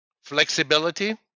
Flexibility